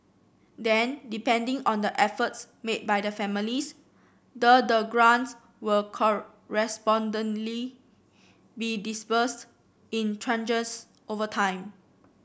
then depending on the efforts made by the families the the grant will correspondingly be disbursed in tranches over time